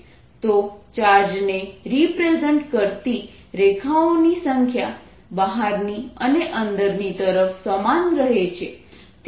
તો ચાર્જને રિપ્રેઝેન્ટ કરતી રેખાઓની સંખ્યા બહારની અને અંદરની તરફ સમાન રહે છે